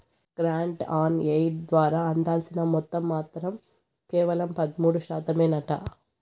grant on aid ద్వారా అందాల్సిన మొత్తం మాత్రం కేవలం పదమూడు శాతమేనంట